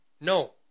No